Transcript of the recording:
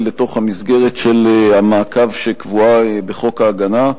לתוך המסגרת של המעקב שקבועה בחוק ההגנה.